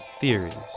theories